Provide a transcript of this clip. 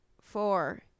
four